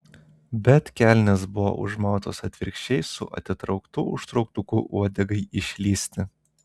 bet kelnės buvo užmautos atvirkščiai su atitrauktu užtrauktuku uodegai išlįsti